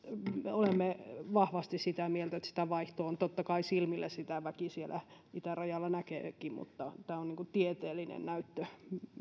olemme vahvasti sitä mieltä että sitä vaihtoa on totta kai silmillä sitä väki siellä itärajalla näkeekin mutta tämä on niin kuin tieteellinen näyttö